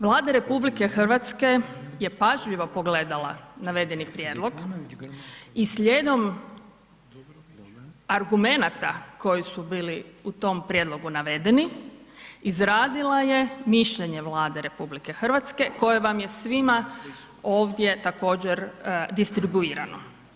Vlada RH je pažljivo pogledala navedeni prijedlog i slijedom argumenata koji su bili u tom prijedlogu navedeni izradila je mišljenje Vlade RH koje vam je svima ovdje također distribuirano.